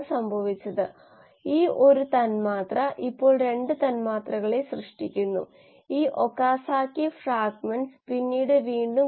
അതിനാൽ ഈ ശൃംഖലയിൽ മൂന്ന് തത്ത്വ നോഡുകൾ അല്ലെങ്കിൽ ബ്രാഞ്ച് പോയിന്റുകളുണ്ട് G6Pൽ ഒന്നിലധികം രാസപ്രവർത്തനങ്ങൾ നടക്കുന്നു രണ്ടാമത്തെ രാസപ്രവർത്തനം പിഇപി PEP ഇവിടെ ഓക്സലോഅസെറ്റിക് ആസിഡ് ആയി മാറുന്നു